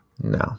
No